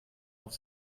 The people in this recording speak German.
auf